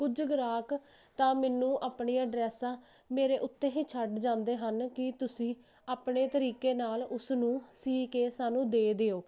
ਕੁਝ ਗਰਾਕ ਤਾਂ ਮੈਨੂੰ ਆਪਣੀਆਂ ਡਰੈਸਾਂ ਮੇਰੇ ਉੱਤੇ ਹੀ ਛੱਡ ਜਾਂਦੇ ਹਨ ਕਿ ਤੁਸੀਂ ਆਪਣੇ ਤਰੀਕੇ ਨਾਲ ਉਸ ਨੂੰ ਸੀ ਕੇ ਸਾਨੂੰ ਦੇ ਦਿਓ